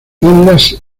las